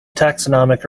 taxonomic